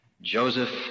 Joseph